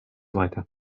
weiter